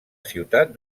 ciutat